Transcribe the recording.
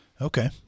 Okay